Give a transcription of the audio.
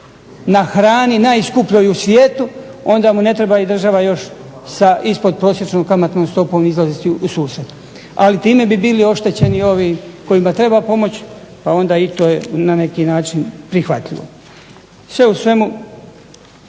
na hrani najskupljoj u svijetu, onda mu država ne treba još sa ispodprosječnom kamatnom stopom izlaziti u susret. Ali time bi bili oštećeni ovi kojima treba pomoć, pa onda je i to na neki način prihvatljivo. Sve u svemu